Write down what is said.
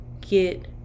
get